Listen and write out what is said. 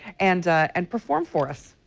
and and perform for us.